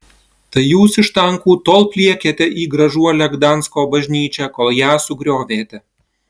tai jūs iš tankų tol pliekėte į gražuolę gdansko bažnyčią kol ją sugriovėte